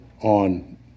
on